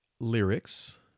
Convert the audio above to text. lyrics